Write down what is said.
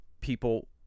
people